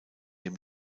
dem